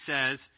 says